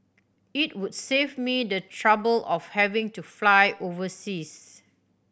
it would save me the trouble of having to fly overseas